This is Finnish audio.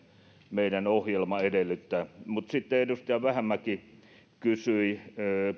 meidän ohjelmamme edellyttää mutta sitten edustaja vähämäki kysyi